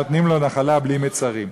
נותנים לו נחלה בלי מצרים.